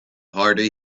harder